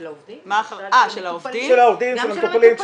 של העובדים, של המטופלים.